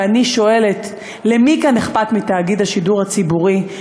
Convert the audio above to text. ואני שואלת: למי כאן אכפת מתאגיד השידור הציבורי,